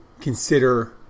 consider